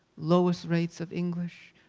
lowest rates of english,